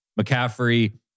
McCaffrey